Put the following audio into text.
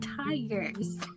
tigers